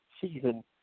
season